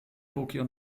tokio